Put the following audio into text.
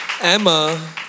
Emma